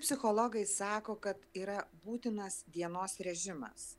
psichologai sako kad yra būtinas dienos režimas